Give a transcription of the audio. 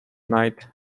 night